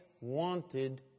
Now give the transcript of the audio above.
wanted